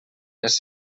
les